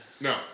No